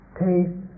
taste